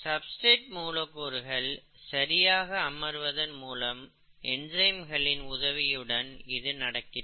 substrate மூலக்கூறுகள் சரியாக அமர்வதன் மூலம் என்சைம்களின் உதவியுடன் இது நடக்கிறது